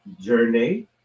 journey